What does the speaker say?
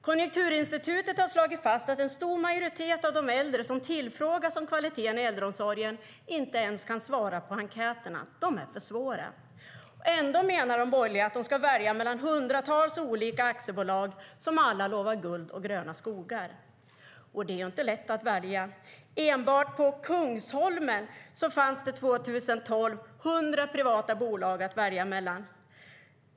Konjunkturinstitutet har slagit fast att en stor majoritet av de äldre som tillfrågas om kvaliteten i äldreomsorgen inte kan svara på de enkäterna, för de är för svåra. Ändå menar de borgerliga att de ska välja mellan hundratals olika aktiebolag som alla lovar guld och gröna skogar. Och det är inte lätt att välja. Enbart på Kungsholmen fanns det år 2012 100 privata bolag att välja mellan.